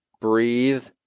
breathe